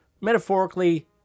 metaphorically